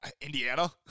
Indiana